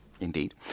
Indeed